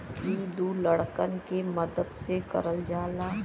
इ दू लड़कन के मदद से करल जाला